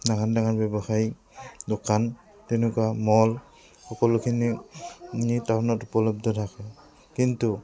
ডাঙৰ ডাঙৰ ব্যৱসায়ী দোকান তেনেকুৱা মল সকলোখিনি টাউনত উপলব্ধ থাকে কিন্তু